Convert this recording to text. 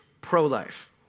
pro-life